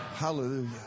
Hallelujah